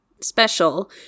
special